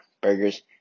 Burgers